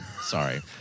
Sorry